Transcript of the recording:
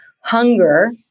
hunger